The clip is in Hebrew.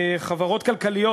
חברות כלכליות,